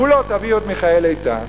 מולו תביאו את מיכאל איתן,